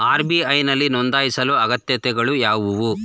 RBI ನಲ್ಲಿ ನೊಂದಾಯಿಸಲು ಅಗತ್ಯತೆಗಳು ಯಾವುವು?